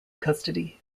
custody